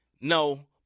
No